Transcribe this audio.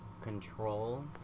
control